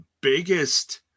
biggest